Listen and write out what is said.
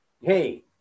hey